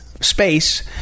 space